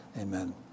Amen